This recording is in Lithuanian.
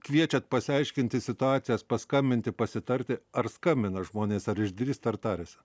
kviečiat pasiaiškinti situacijas paskambinti pasitarti ar skambina žmonės ar išdrįsta ar tariasi